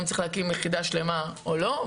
האם צריך להקים יחידה שלמה או לא,